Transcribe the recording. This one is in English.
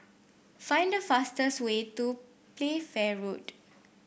find the fastest way to Playfair Road